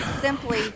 simply